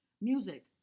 Music